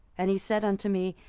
and he said unto me,